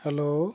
hello